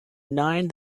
nine